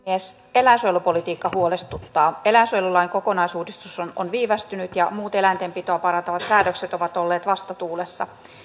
eläinsuojelupolitiikka huolestuttaa eläinsuojelulain kokonaisuudistus on on viivästynyt ja muut eläintenpitoa parantavat säädökset ovat olleet vastatuulessa